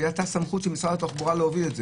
כשהיתה הסמכות של משרד התחבורה להוביל את זה,